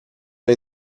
era